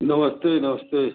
नमस्ते नमस्ते